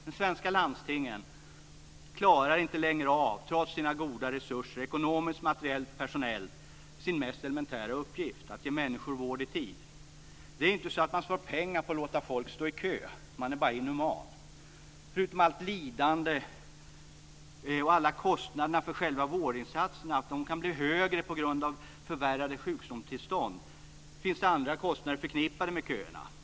De svenska landstingen klarar inte längre av, trots sina goda resurser - ekonomiskt, materiellt och personellt - sin mest elementära uppgift, nämligen att ge människor vård i tid. Det är inte så att man sparar pengar på att låta folk stå i kö - man är bara inhuman. Förutom allt lidande och att alla kostnaderna för själva vårdinsatserna kan bli högre på grund av förvärrade sjukdomstillstånd, finns det andra kostnader förknippade med köerna.